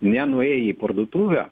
nenuėję į parduotuvę